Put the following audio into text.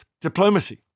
diplomacy